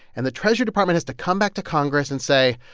and the treasury department has to come back to congress and say,